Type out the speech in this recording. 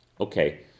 Okay